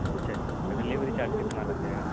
اچھا اچھا اچھا ڈیلیوری چارج کتنا لگ جائے گا